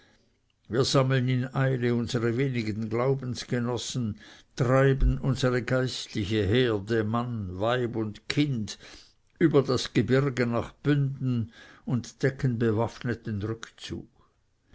wir sammeln in eile unsere wenigen glaubensgenossen treiben unsere geistliche herde mann weib und kind über das gebirge nach bünden und decken bewaffnet den rückzug